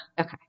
Okay